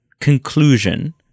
conclusion